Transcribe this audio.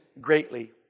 greatly